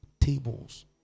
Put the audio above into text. tables